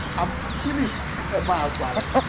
i'm philip emeagwali.